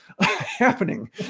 happening